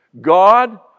God